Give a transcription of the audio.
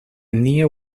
near